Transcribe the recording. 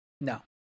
No